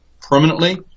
permanently